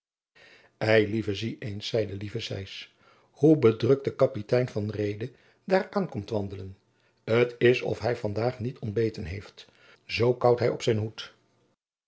eilieve zie eens zeide lieven cys hoe bedrukt de kapitein van reede daar aan komt wandelen t is of hij vandaag niet ontbeten heeft zoo kaauwt hij op zijn hoed